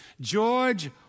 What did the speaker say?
George